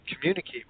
Communicate